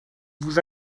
vous